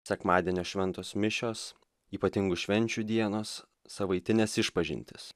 sekmadienio šventos mišios ypatingų švenčių dienos savaitinės išpažintys